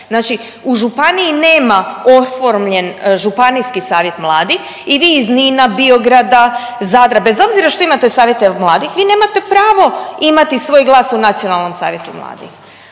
Znači u županiji nema oformljen Županijski savjet mladih i vi iz Nina, Biograda, Zadra bez obzira što imate savjete mladih vi nemate pravo imati svoj glas u Nacionalnom savjetu mladih.